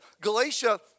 Galatia